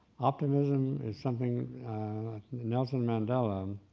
optimism is something that nelson mandela, um